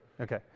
Okay